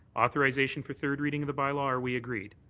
authorization for third reading of the bylaw, are we agreed?